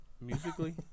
Musically